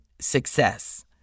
success